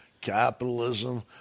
Capitalism